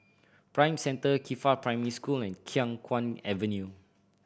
Prime Centre Qifa Primary School and Khiang Guan Avenue